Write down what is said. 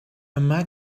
yma